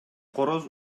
короз